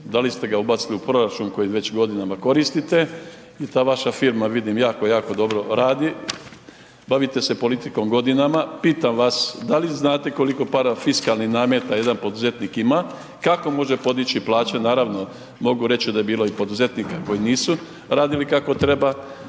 da li ste ga ubacili u proračun koji već godinama koristite i ta vaša firma vidim jako, jako dobro radi, bavite se politikom godinama, pitam vas, da li znate koliko parafiskalnih nameta jedan poduzetnik ima, kako može podiči plaće, naravno, mogu reći da je bilo i poduzetnika koji nisu radili kako treba